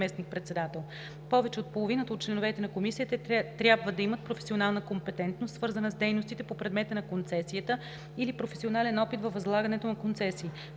Повече от половината от членовете на комисията трябва да имат професионална компетентност, свързана с дейностите по предмета на концесията, или професионален опит във възлагането на концесии.